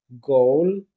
goal